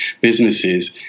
businesses